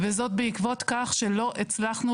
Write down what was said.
וזאת עקב כך שלא הצלחנו